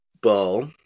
ball